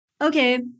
Okay